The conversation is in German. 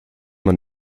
man